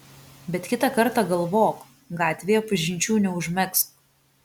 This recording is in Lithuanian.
bet kitą kartą galvok gatvėje pažinčių neužmegzk